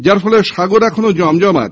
যার ফলে সাগর এখনও জমজমাট